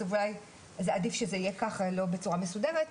אולי עדיף שזה יהיה כך ולא בצורה מסודרת.